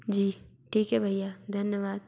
जी ठीक है भैया धन्यवाद